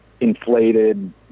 inflated